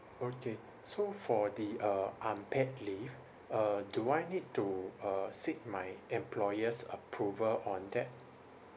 okay so for the uh unpaid leave uh do I need to uh seek my employer's approval on that